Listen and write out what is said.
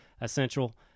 essential